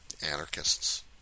anarchists